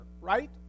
right